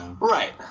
Right